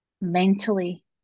mentally